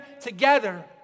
together